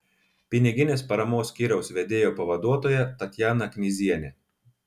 piniginės paramos skyriaus vedėjo pavaduotoja tatjana knyzienė